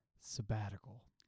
sabbatical